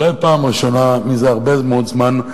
אולי בפעם הראשונה מזה הרבה מאוד זמן,